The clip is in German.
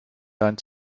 dein